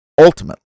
Ultimately